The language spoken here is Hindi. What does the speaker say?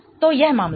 तो यह मामला है